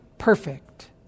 perfect